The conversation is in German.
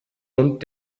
und